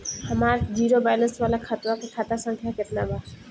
हमार zero balance वाला खतवा के खाता संख्या केतना बा?